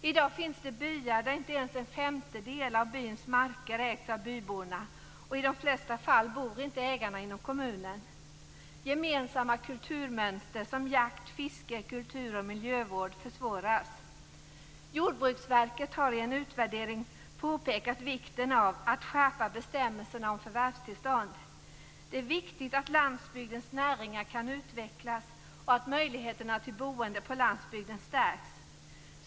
I dag finns det byar där inte ens en femtedel av byns marker ägs av byborna, och i de flesta fall bor inte ägarna inom kommunen. Gemensamma kulturmönster som jakt-, fiske-, kultur och miljövård försvåras. Jordbruksverket har i en utvärdering påpekat vikten av att skärpa bestämmelserna om förvärvstillstånd. Det är viktigt att landsbygdens näringar kan utvecklas och att möjligheterna till boende på landsbygden stärks.